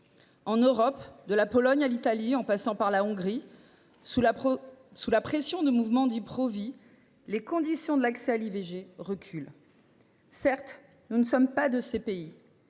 En Europe, de la Pologne à l’Italie, en passant par la Hongrie, sous la pression de mouvements dits « pro vie », les conditions de l’accès à l’IVG reculent. Certes, nous ne sommes pas de ces pays,